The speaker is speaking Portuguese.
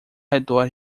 redor